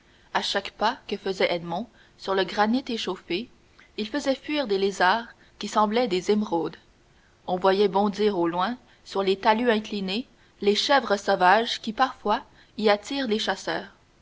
à chaque pas que faisait edmond sur le granit échauffé il faisait fuir des lézards qui semblaient des émeraudes on voyait bondir sur les talus inclinés les chèvres sauvages qui parfois y attirent les chasseurs